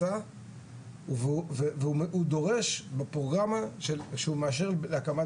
והוא דורש בפרוגרמה שהוא מאשר להקמת